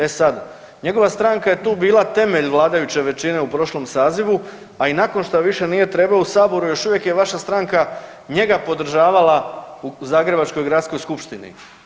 E sad, njegova stranka je tu bila temelj vladajuće većine u prošlom sazivu, a i nakon što više nije trebalo u Saboru je još uvijek vaša stranka njega podržavala u zagrebačkoj Gradskoj skupštini.